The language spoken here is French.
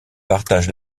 partage